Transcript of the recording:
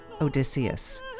Odysseus